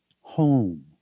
home